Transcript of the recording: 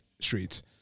streets